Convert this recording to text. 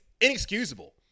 inexcusable